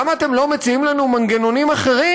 למה אתם לא מציעים לנו מנגנונים אחרים,